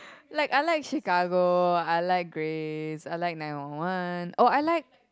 like I like Chicago I like Grace I like Nelwan oh I like